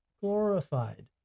glorified